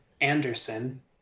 Anderson